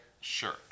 sure